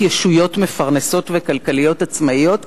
להיות ישויות מפרנסות וכלכליות עצמאיות,